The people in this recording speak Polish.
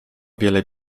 wiele